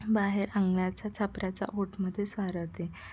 बाहेर अंगणाच्या छपराच्या ओटमधेच वाळवते